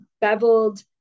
beveled